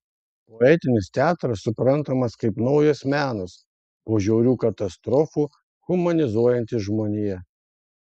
poetinis teatras suprantamas kaip naujas menas po žiaurių katastrofų humanizuojantis žmoniją